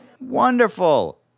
Wonderful